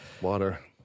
Water